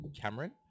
Cameron